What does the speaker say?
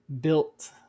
built